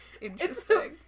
interesting